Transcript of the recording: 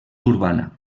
urbana